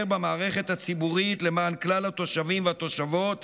במערכת הציבורית למען כלל התושבים והתושבות